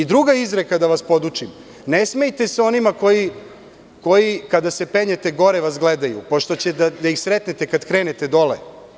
Druga izreka, da vas podučim, glasi – ne smejte se onima koji kada se penjete gore vas gledaju, pošto ćete ih sresti kada krenete dole.